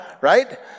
Right